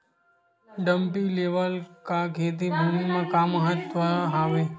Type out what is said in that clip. Dumpy level का खेती भुमि म का महत्व हावे?